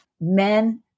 men